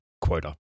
quota